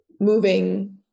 moving